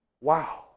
Wow